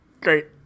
Great